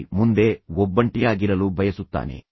V ಮುಂದೆ ಒಬ್ಬಂಟಿಯಾಗಿರಲು ಬಯಸುತ್ತಾನೆ